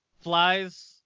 flies